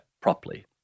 properly